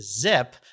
Zip